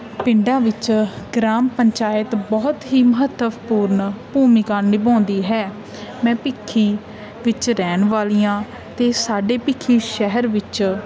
ਪਿੰਡਾਂ ਵਿੱਚ ਗ੍ਰਾਮ ਪੰਚਾਇਤ ਬਹੁਤ ਹੀ ਮਹੱਤਵਪੂਰਨ ਭੂਮਿਕਾ ਨਿਭਾਉਂਦੀ ਹੈ ਮੈਂ ਭਿੱਖੀ ਵਿੱਚ ਰਹਿਣ ਵਾਲੀ ਹਾਂ ਅਤੇ ਸਾਡੇ ਭਿੱਖੀ ਸ਼ਹਿਰ ਵਿੱਚ